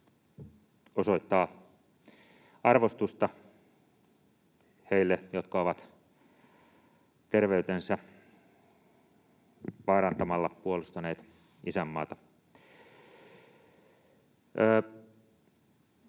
osoittaa arvostusta heille, jotka ovat terveytensä vaarantamalla puolustaneet isänmaata.